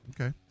Okay